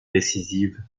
décisive